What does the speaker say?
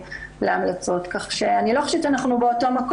אמרתי שאנחנו כרגע בחשיבה איך אנחנו פותרים אותן.